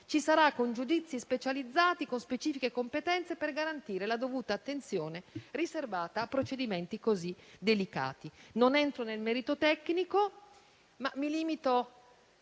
con giudizi specializzati e con specifiche competenze, per garantire la dovuta attenzione riservata a procedimenti così delicati. Non entro nel merito tecnico, ma mi limito